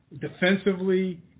defensively